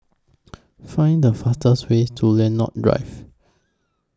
Find The fastest Way to Lentor Drive